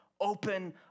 open